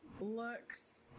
looks